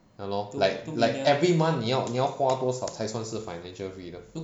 ya lor like like every month 你要花多少才算是 financial freedom